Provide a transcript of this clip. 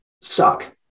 suck